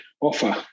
offer